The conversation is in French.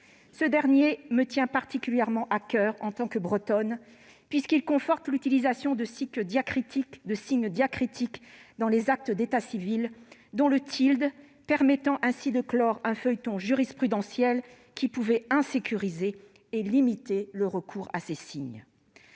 Ce dernier me tient particulièrement à coeur en tant que Bretonne, puisqu'il conforte l'utilisation de signes diacritiques dans les actes d'état civil, dont le tilde, permettant ainsi de clore un feuilleton jurisprudentiel qui pouvait « insécuriser » et limiter le recours à ces signes.